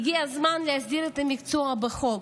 הגיע הזמן להסדיר את המקצוע בחוק.